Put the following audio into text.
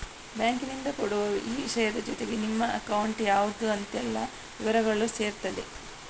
ಬ್ಯಾಂಕಿನಿಂದ ಕೊಡುವ ಈ ವಿಷಯದ ಜೊತೆಗೆ ನಿಮ್ಮ ಅಕೌಂಟ್ ಯಾವ್ದು ಅಂತೆಲ್ಲ ವಿವರಗಳೂ ಸೇರಿರ್ತದೆ